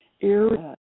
area